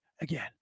again